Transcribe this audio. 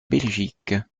belgique